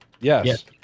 Yes